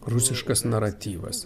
rusiškas naratyvas